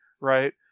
right